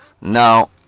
Now